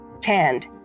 tanned